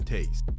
Taste